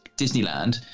Disneyland